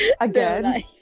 Again